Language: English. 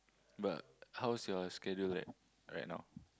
but how's your schedule like right now